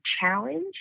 challenge